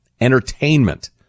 entertainment